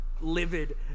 livid